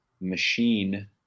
machine